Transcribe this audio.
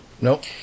Nope